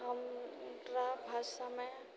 हमरा भाषामे